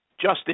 Justin